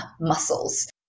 muscles